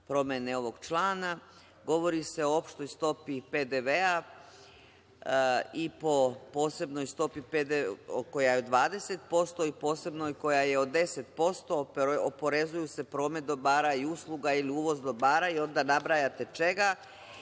promene ovog člana. Govori se o opštoj stopi PDV-a koja je 20% i o posebnoj koja je od 10%, oporezuje se promet dobara i usluga ili uvoz dobara, i onda nabrajate čega.